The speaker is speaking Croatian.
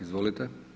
Izvolite.